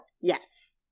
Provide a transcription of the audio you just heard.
Yes